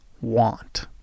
want